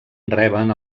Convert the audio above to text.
reben